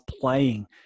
playing